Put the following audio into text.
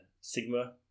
sigma